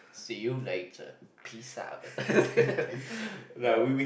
see you later piss out